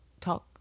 talk